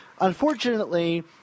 unfortunately